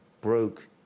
broke